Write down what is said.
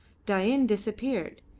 dain disappeared,